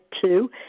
two